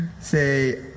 Say